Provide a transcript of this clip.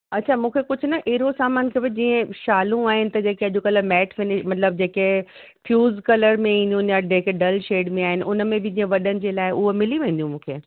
अछा मूंखे कुझु न अहिड़ो सामानु खपे जीअं शालूं आहिनि त जेके अॼु कल्ह मैट फ़िन मतिलबु जेके फ़्यूज कलर में ईंदियूं आहिनि या जेके डल शेड में आहिनि उन में बि जीअं वॾनि जे लाइ उहे मिली वेंदियूं मूंखे